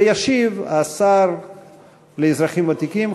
וישיב השר לאזרחים ותיקים,